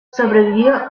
sobrevivió